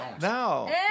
No